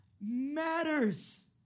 matters